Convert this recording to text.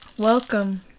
Welcome